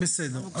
בסדר.